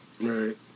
Right